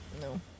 no